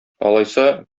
алайса